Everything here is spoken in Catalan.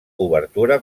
obertura